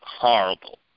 horrible